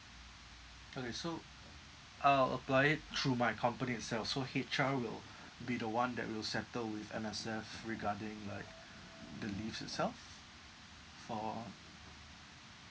okay so I'll apply it through my company itself so H_R will be the one that will settle with M_S_F regarding like the leaves itself for